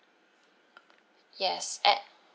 yes at